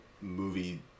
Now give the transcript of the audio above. movie